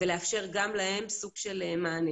ולאפשר גם להם סוג של מענה.